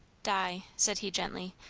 di, said he gently,